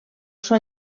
són